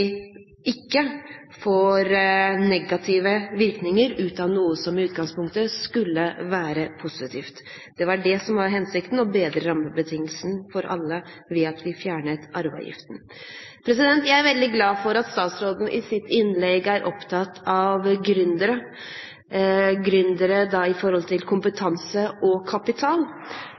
ikke får negative virkninger av noe som i utgangspunktet skulle være positivt. Det var det som var hensikten: å bedre rammebetingelsene for alle ved å fjerne arveavgiften. Jeg er veldig glad for at statsråden i sitt innlegg er opptatt av gründere – gründere med kompetanse og kapital.